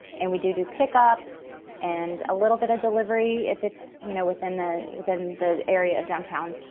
and we do do pick up and a little bit of delivery if it's you know within the within the area of downtown.